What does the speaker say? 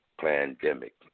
Pandemic